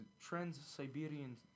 Trans-Siberian